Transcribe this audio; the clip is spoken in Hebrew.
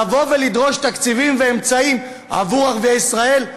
לדרוש תקציבים ואמצעים עבור ערביי ישראל?